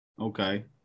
Okay